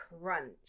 crunch